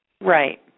Right